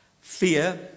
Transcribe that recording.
Fear